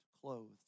clothed